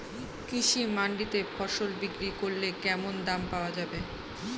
কৃষি মান্ডিতে ফসল বিক্রি করলে কেমন দাম পাওয়া যাবে?